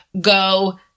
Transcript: go